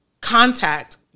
contact